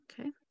okay